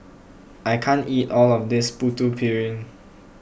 I can't eat all of this Putu Piring